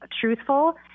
truthful